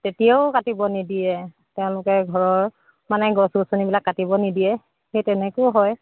তেতিয়াও কাটিব নিদিয়ে তেওঁলোকে ঘৰৰ মানে গছ গছনিবিলাক কাটিব নিদিয়ে সেই তেনেকৈ হয়